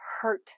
hurt